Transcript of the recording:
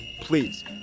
please